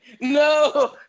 No